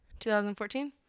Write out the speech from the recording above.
2014